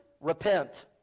Repent